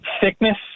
thickness